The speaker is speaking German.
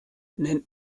nennt